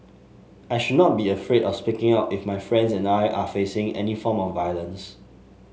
I should not be afraid of speaking out if my friends or I are facing any form of violence